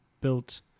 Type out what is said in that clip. built